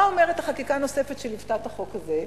מה אומרת החקיקה הנוספת שליוותה את החוק הזה?